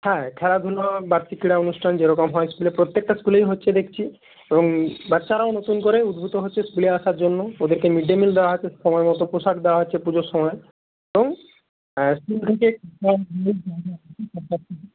হ্যাঁ খেলাধুলো বার্ষিক ক্রীড়া অনুষ্ঠান যেরকম হয় স্কুলে প্রত্যেকটা স্কুলেই হচ্ছে দেখছি এবং বাচ্চারাও নতুন করে উদ্বুদ্ধ হচ্ছে স্কুলে আসার জন্য ওদেরকে মিড ডে মিল দেওয়া হচ্ছে সময় মতো পোশাক দেওয়া হচ্ছে পুজোর সময় এবং স্কুল থেকে